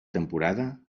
temporada